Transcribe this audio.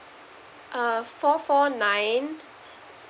uh four four nine